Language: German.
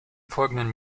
folgenden